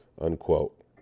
Unquote